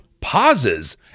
pauses